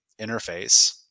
interface